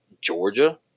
georgia